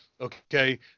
Okay